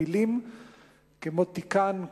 מלים כמו תיקן,